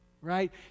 right